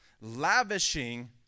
Lavishing